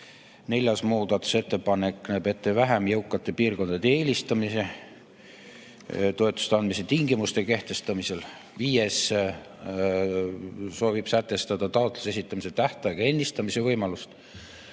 Neljas muudatusettepanek näeb ette vähem jõukate piirkondade eelistamise toetuste andmise tingimuste kehtestamisel. Viies ettepanek on sätestada taotluse esitamise tähtaja ennistamise võimalus.